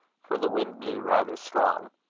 for the wind blew rather strong.